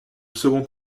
second